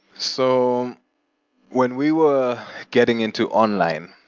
so when we were getting into online,